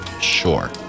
Sure